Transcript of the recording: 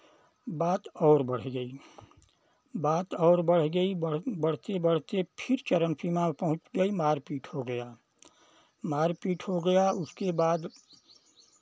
बात और बढ़ गई बात और बढ़ गई बढ़ते बढ़ते फिर चरम सीमा पर पहुँच गई मार पीट हो गया मार पीट हो गया उसके बाद